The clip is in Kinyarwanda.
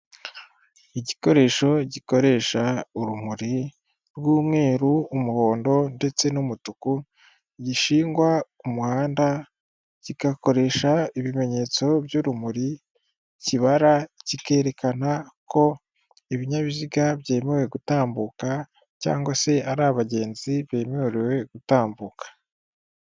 Igikoresho gikoresha urumuri rw'umweru, umuhondo ndetse n'umutuku, gishingwa ku muhanda kigakoresha ibimenyetso by'urumuri, kibara kikerekana ko ibinyabiziga byemewe gutambuka cyangwa se ari abagenzi bemerewe gutambuka.